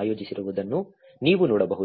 ಆಯೋಜಿಸಿರುವುದನ್ನು ನೀವು ನೋಡಬಹುದು